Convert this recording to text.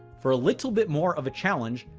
for a little bit more of a challenge,